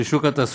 על שוק התעסוקה,